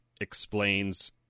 explains